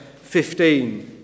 15